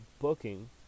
booking